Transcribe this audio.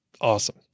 Awesome